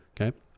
Okay